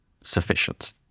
sufficient